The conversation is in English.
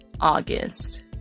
August